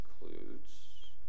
includes